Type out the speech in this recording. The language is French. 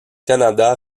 canada